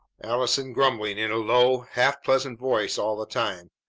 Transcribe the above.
allison grumbling in a low, half-pleasant voice all the time.